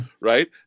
right